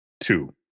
two